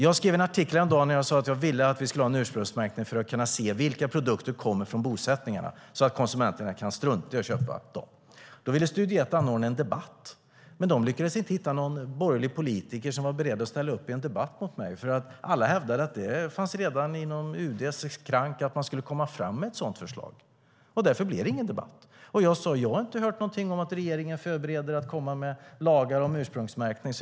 Jag skrev en artikel häromdagen där jag sade att jag ville att vi skulle ha en ursprungsmärkning för att kunna se vilka produkter som kommer från bosättningarna så att konsumenterna kan strunta i att köpa dem. Då ville Studio Ett anordna en debatt, men de lyckades inte hitta någon borgerlig politiker som var beredd att ställa upp i en debatt mot mig. Alla hävdade att det redan fanns inom UD:s skrank att man skulle komma fram med ett sådant förslag. Därför blev det ingen debatt. Jag sade att jag inte har hört någonting om att regeringen förbereder lagar om ursprungsmärkning.